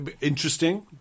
interesting